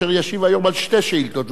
אשר ישיב היום על שתי שאילתות.